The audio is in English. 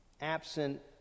absent